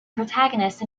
protagonist